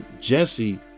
Jesse